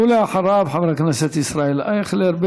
ואחריו, חבר הכנסת ישראל אייכלר.